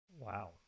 Wow